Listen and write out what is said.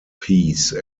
piece